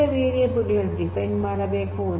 ವಿವಿಧ ವೇರಿಯೇಬಲ್ ಗಳನ್ನು ಡಿಫೈನ್ ಮಾಡಬೇಕು